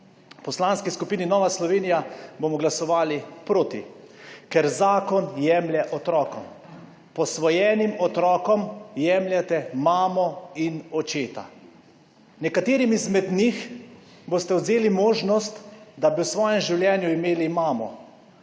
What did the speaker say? V Poslanski skupini Nova Slovenija bomo glasovali proti, ker zakon jemlje otrokom. Posvojenim otrokom jemljete mamo in očeta. Nekaterim izmed njih boste odvzeli možnost, da bi v svojem življenju imeli mamo,